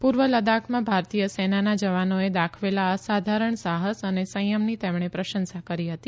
પૂર્વ લદ્દાખમાં ભારતીય સેનાના જવાનોએ દાખવેલા અસાધારણ સાહસ અને સંયમની તેમણે પ્રશંસા કરી હતી